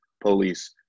police